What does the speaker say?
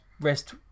rest